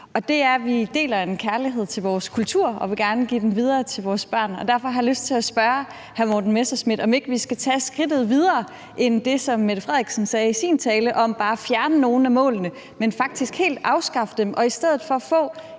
vi deler en kærlighed til vores kultur og gerne vil give den videre til vores børn. Derfor har jeg lyst til at spørge hr. Morten Messerschmidt, om ikke vi skal tage skridtet videre end det, som statsministeren sagde i sin tale om bare at fjerne nogle af målene, men faktisk helt afskaffe dem og i stedet for få